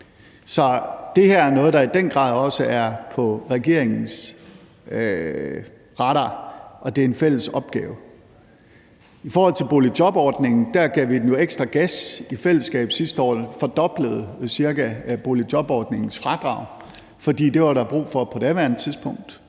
det her er noget, der i den grad også er på regeringens radar, og det er en fælles opgave. I forhold til boligjobordningen gav vi den jo ekstra gas i fællesskab sidste år og cirka fordoblede boligjobordningens fradrag, for det var der brug for på daværende tidspunkt